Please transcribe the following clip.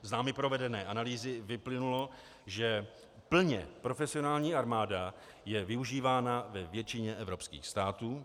Z námi provedené analýzy vyplynulo, že plně profesionální armáda je využívána ve většině evropských států.